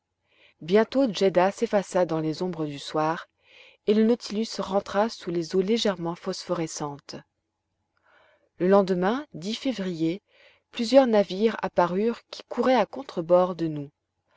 bientôt djeddah s'effaça dans les ombres du soir et le nautilus rentra sous les eaux légèrement phosphorescentes le lendemain février plusieurs navires apparurent qui couraient à contre bord de nous